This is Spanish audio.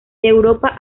europa